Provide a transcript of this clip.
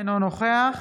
אינו נוכח